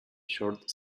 short